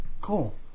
cool